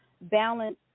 balance